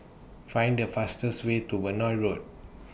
Find The fastest Way to Benoi Road